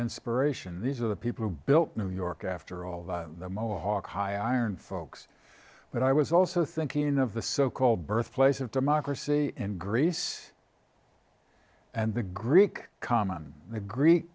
inspiration these are the people who built new york after all of the mohawk high iron folks when i was also thinking of the so called birthplace of democracy in greece and the greek comma the greek